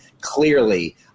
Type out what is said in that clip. clearly